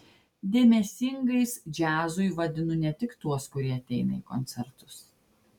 dėmesingais džiazui vadinu ne tik tuos kurie ateina į koncertus